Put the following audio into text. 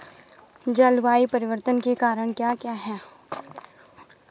जलवायु परिवर्तन के कारण क्या क्या हैं?